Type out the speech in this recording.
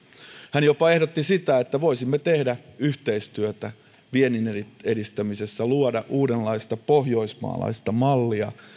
hän jopa ehdotti sitä että voisimme tehdä yhteistyötä vienninedistämisessä luoda uudenlaista pohjoismaalaista mallia